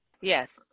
Yes